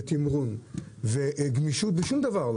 תמרון וגמישות בשום דבר,